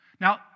Now